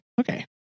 okay